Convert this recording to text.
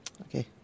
Okay